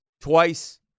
twice